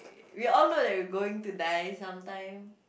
we all know that we going to die some time